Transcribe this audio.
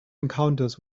encounters